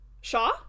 Shaw